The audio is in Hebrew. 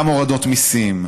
גם הורדות מיסים,